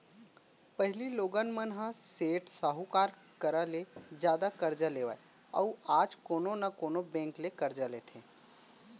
पहिली लोगन मन ह सेठ साहूकार करा ले जादा करजा लेवय अउ आज कोनो न कोनो बेंक ले करजा लेथे